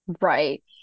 right